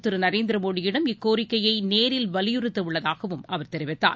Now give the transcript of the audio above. நாளைமறநாள் நரேந்திரமோடியிடம் இக்கோரிக்கையைநேரில் வலியுறுத்தஉள்ளதாகவும் அவர் தெரிவித்தார்